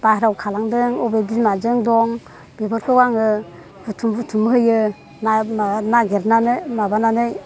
बाहेरायाव खारलांदों अबे बिमाजों दं बेफोरखौ आंङो बुथुम बुथुम होयो नागेरनानै माबानानै